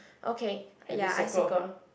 okay ya I circled